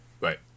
Right